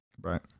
Right